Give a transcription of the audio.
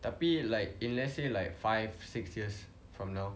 tapi like if let's say like five six years from now